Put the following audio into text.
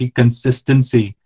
consistency